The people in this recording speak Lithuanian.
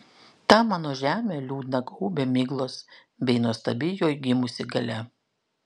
tą mano žemę liūdną gaubia miglos bet nuostabi joj gimusi galia